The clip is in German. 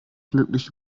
glücklich